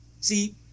see